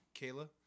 Kayla